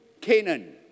Canaan